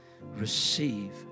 receive